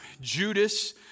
Judas